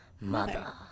Mother